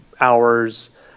hours